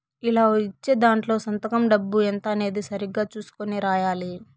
ఇలా ఇచ్చే దాంట్లో సంతకం డబ్బు ఎంత అనేది సరిగ్గా చుసుకొని రాయాలి